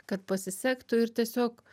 kad pasisektų ir tiesiog